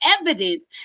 evidence